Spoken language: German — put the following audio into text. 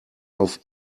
auf